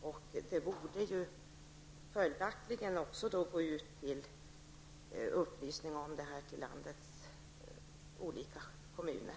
Av den anledningen borde det ju gå ut information till landets olika kommuner.